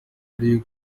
muri